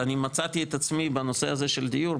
אני צאתי את עצמי בנושא הזה של דיור,